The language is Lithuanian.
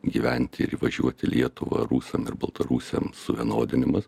gyventi ir įvažiuoti į lietuvą rusam baltarusiam suvienodinimas